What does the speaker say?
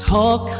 Talk